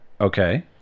Okay